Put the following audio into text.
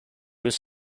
was